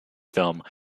film